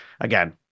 again